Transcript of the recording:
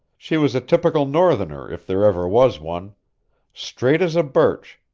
she was a typical northerner if there ever was one straight as a birch,